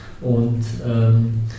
und